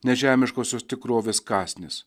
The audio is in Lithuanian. nežemiškosios tikrovės kąsnis